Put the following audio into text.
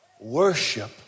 worship